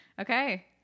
okay